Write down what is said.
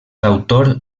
autor